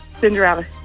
Cinderella